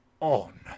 on